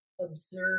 observe